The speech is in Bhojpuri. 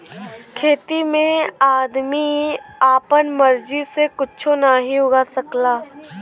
खेती में आदमी आपन मर्जी से कुच्छो नाहीं उगा सकला